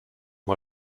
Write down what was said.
mal